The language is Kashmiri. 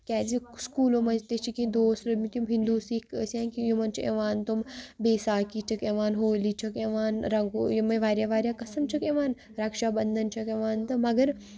کیازِ سکوٗلو منٛز تہِ چھِ کیٚنٛہہ دوس روٗدمٕتۍ یِم ہِندُو سِکھ ٲسۍ یِمن چھِ یِوان تِم بیساکھی چھکھ یِوان ہولی چھکھ یِوان رنٛگو یِمے واریاہ واریاہ قسٕم چھِکھ یِوان رکشا بندن چھکھ یِوان تہٕ مَگر